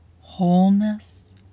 wholeness